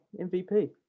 MVP